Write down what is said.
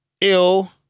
Ill-